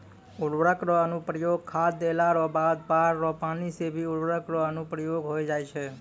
उर्वरक रो अनुप्रयोग खाद देला रो बाद बाढ़ रो पानी से भी उर्वरक रो अनुप्रयोग होय जाय छै